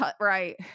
right